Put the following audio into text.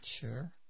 Sure